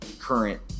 current